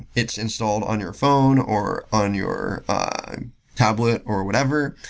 it's installed on your phone, or on your tablet, or whatever,